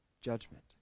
judgment